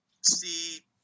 see